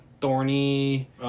thorny